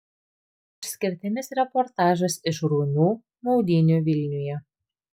išskirtinis reportažas iš ruonių maudynių vilniuje